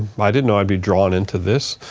but i didn't know i'd be drawn into this,